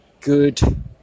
good